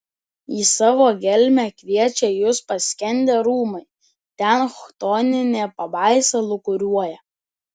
į savo gelmę kviečia jus paskendę rūmai ten chtoninė pabaisa lūkuriuoja